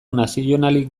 nazionalik